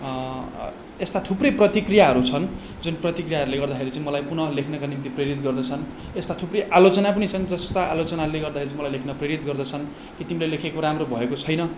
यस्ता थुप्रै प्रतिक्रियाहरू छन् जुन प्रतिक्रियाहरूले गर्दाखेरि चाहिँ मलाई पुनः लेख्नका निम्ति प्रेरित गर्दछन् यस्ता थुप्रै आलोचना पनि छन् जस्ता आलोचनाले गर्दाखेरि चाहिँ मलाई लेख्न प्रेरित गर्दछन् कि तिमीले लेखेको राम्रो भएको छैन